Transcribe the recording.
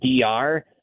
DR